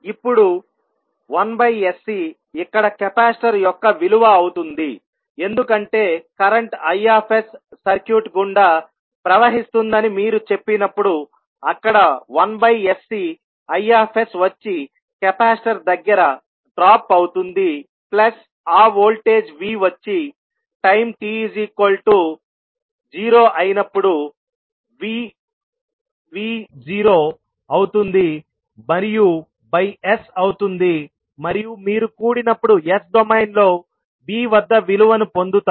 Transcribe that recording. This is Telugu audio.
ఇప్పుడు 1sC ఇక్కడ కెపాసిటర్ యొక్క విలువ అవుతుంది ఎందుకంటే కరెంట్ Is సర్క్యూట్ గుండా ప్రవహిస్తుందని మీరు చెప్పినప్పుడు అక్కడ 1sCIsవచ్చి కెపాసిటర్ దగ్గర డ్రాప్ అవుతుంది ప్లస్ ఆ వోల్టేజ్ v వచ్చి టైం t0 అయినప్పుడు v0 అవుతుంది మరియు బై S అవుతుంది మరియు మీరు కూడినప్పుడు S డొమైన్లో v వద్ద విలువను పొందుతారు